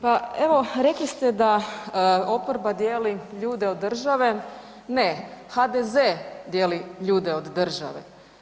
Pa evo rekli ste da oporba dijeli ljude od države, ne, HDZ dijeli ljude od države.